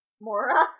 Mora